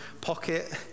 pocket